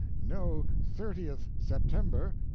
no thirtieth september,